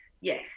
yes